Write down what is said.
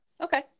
Okay